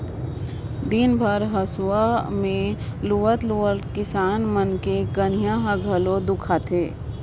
दिन भर हंसुआ में लुवत लुवत किसान मन के कनिहा ह घलो दुखा थे